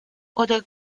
oder